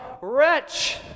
wretch